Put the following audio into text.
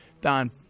don